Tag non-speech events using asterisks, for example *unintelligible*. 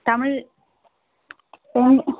Tamil *unintelligible*